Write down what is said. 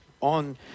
on